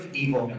evil